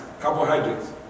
carbohydrates